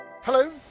Hello